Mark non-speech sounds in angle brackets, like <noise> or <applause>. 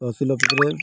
<unintelligible>